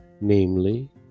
namely